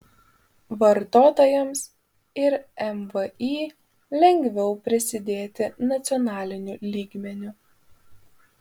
vartotojams ir mvį lengviau prisidėti nacionaliniu lygmeniu